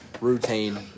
routine